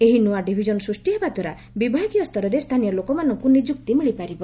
ଏହି ନୂଆ ଡିଭିଜନ ସୃଷ୍ଟି ହେବା ଦ୍ୱାରା ବିଭାଗୀୟ ସ୍ତରରେ ସ୍ଥାନୀୟ ଲୋକମାନଙ୍କୁ ନିଯୁକ୍ତି ମିଳିପାରିବ